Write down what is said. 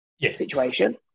situation